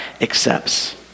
accepts